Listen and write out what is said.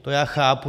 To já chápu.